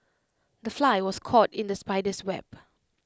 the fly was caught in the spider's web